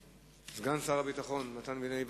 סגן שר הביטחון, מתן וילנאי,